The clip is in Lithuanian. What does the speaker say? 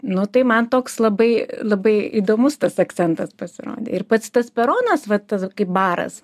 nu tai man toks labai labai įdomus tas akcentas pasirodė ir pats tas peronas vat tas kaip baras